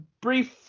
brief